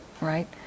right